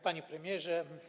Panie Premierze!